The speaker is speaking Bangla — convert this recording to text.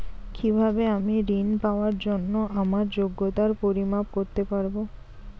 কিভাবে আমি ঋন পাওয়ার জন্য আমার যোগ্যতার পরিমাপ করতে পারব?